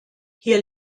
hier